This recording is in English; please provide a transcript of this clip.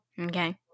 Okay